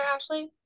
Ashley